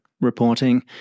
reporting